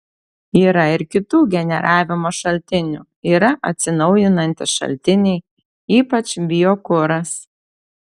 yra ir kitų generavimo šaltinių yra atsinaujinantys šaltiniai ypač biokuras